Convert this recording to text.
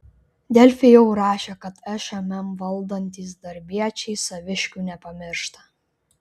delfi jau rašė kad šmm valdantys darbiečiai saviškių nepamiršta